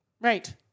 Right